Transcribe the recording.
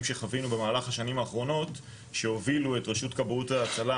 שחווינו במהלך השנים האחרונות שהובילו את רשות כבאות והצלה,